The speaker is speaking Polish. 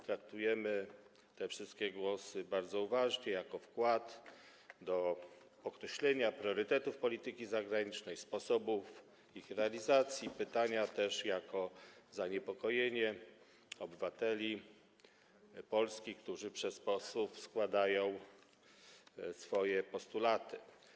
Traktujemy te wszystkie głosy bardzo uważnie, jako wkład do określenia priorytetów polityki zagranicznej, sposobów ich realizacji, a pytania jako wyraz zaniepokojenia obywateli Polski, którzy za pośrednictwem posłów składają swoje postulaty.